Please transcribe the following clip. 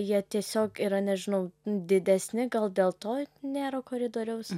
jie tiesiog yra nežinau didesni gal dėl to nėra koridoriaus